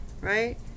right